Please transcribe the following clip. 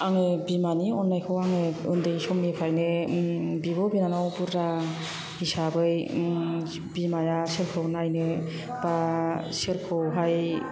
आङो बिमानि अन्नायखौ आङो ओन्दै समनिफ्रायनो बिब' बिनानाव बुरजा हिसाबै बिमाया सोरखौ नायनो बा सोरखौहाय